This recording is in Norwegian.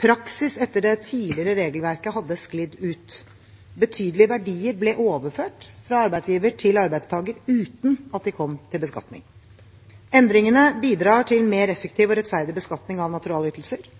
Praksis etter det tidligere regelverket hadde sklidd ut. Betydelige verdier ble overført fra arbeidsgiver til arbeidstaker uten at de kom til beskatning. Endringene bidrar til mer effektiv og rettferdig beskatning av naturalytelser.